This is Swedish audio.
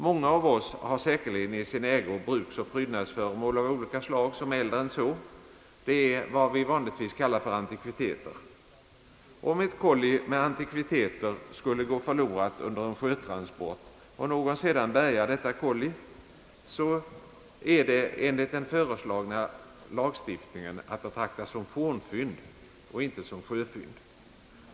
Många av oss har säkerligen i sin ägo bruksoch prydnadsföremål av olika Ang. skydd för vissa äldre sjöfynd slag som är äldre än så; det är vad vi vanligen kallar för antikviteter. Om ett kolli med antikviteter skulle gå förlorat under en sjötransport och någon sedan bärgar detta kolli, är det enligt den föreslagna lagstiftningen att betrakta som fornfynd och inte som sjöfynd.